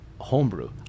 homebrew